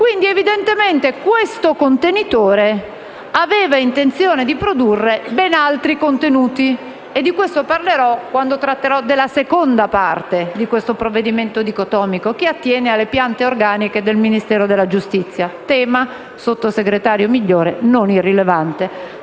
Evidentemente questo contenitore aveva intenzione di produrre ben altri contenuti e di questo parlerò, quando tratterò della seconda parte di questo provvedimento dicotomico, che attiene alle piante organiche del Ministero della giustizia: un tema non irrilevante,